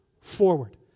forward